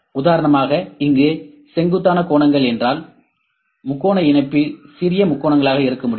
உதாரணமாக இங்கே செங்குத்தான கோணங்கள் என்றால் முக்கோண இணைப்பு சிறிய முக்கோணங்களாக இருக்க முடியும